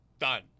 Done